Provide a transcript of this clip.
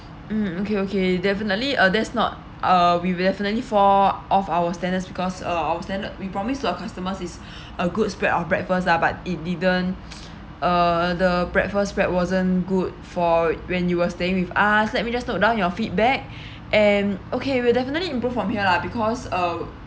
mm okay okay definitely uh that's not uh we will definitely fall off our standards because uh our standard we promise to our customers is a good spread of breakfast lah but it didn't uh the breakfast spread wasn't good for when you were staying with us let me just note down your feedback and okay we will definitely improve from here lah because uh